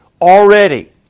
Already